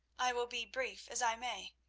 i will be brief as i may.